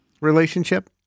relationship